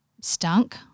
stunk